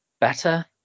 better